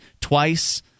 twice